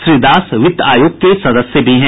श्री दास वित्त आयोग के सदस्य भी हैं